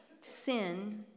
sin